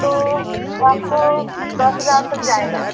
तो आपको दस हज़ार तक जाएगा